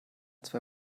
zwei